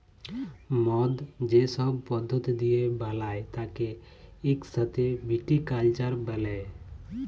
মদ যে সব পদ্ধতি দিয়ে বালায় তাকে ইক সাথে ভিটিকালচার ব্যলে